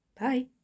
bye